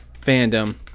fandom